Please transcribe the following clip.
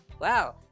Wow